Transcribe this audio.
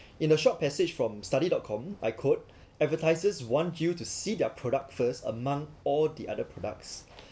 in a short passage from study dot com I quote advertisers want you to see their product first among all the other products